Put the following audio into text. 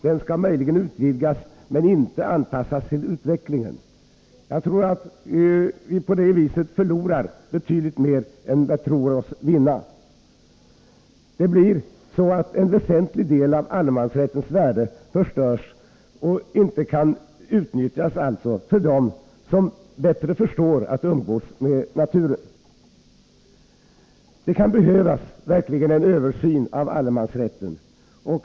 Den skall möjligen utvidgas, men inte anpassas till utvecklingen. Vi torde på det viset förlora betydligt mer än vi tror oss vinna. En väsentlig del av allemansrättens värde förstörs och kan inte utnyttjas av dem som bättre förstår att umgås med naturen. Det kan verkligen behövas en översyn av allemansrätten.